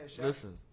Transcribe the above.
Listen